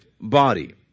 body